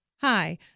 Hi